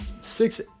Six